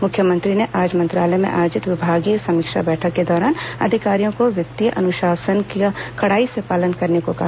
मुख्यमंत्री ने आज मंत्रालय में आयोजित विभागीय समीक्षा बैठक के दौरान अधिकारियों को वित्तीय अनुशासन का कड़ाई से पालन करने को कहा